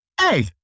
hey